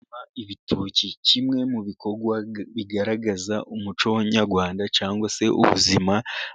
Gukama ibitoki kimwe mu bikorwa bigaragaza umuco nyarwanda cyangwa se ubuzima